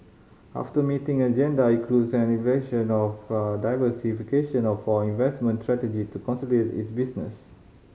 after meeting agenda includes an evaluation of a diversification investment strategy to consolidate its business